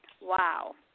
Wow